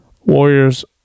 Warriors